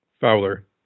Fowler